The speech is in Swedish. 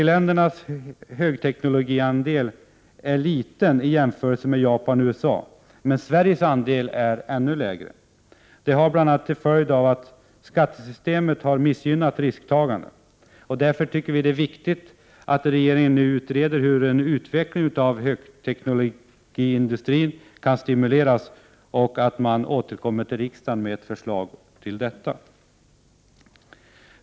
EG-ländernas högteknologiandel är liten i jämförelse med Japans och USA:s, men Sveriges andel är ännu mindre. Detta är bl.a. en följd av att skattesystemet har missgynnat risktagande. Därför tycker vi att det är viktigt att regeringen nu utreder hur en utveckling av högteknologiindustrin kan stimuleras och återkommer till riksdagen med förslag om detta.